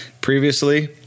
Previously